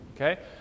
okay